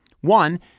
One